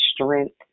strength